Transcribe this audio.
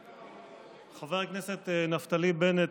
חבר הכנסת נפתלי בנט,